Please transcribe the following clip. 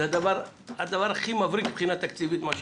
זה הדבר הכי מבריק מבחינה תקציבית, מה שעשיתם,